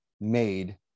made